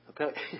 Okay